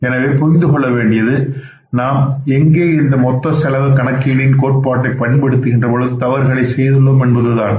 எனவே புரிந்து கொள்ள வேண்டியது நாம் எங்கே இந்த மொத்த செலவு கணக்கியலில் கோட்பாட்டை பயன்படுகின்ற போது தவறு செய்துள்ளோம் என்பதை தான்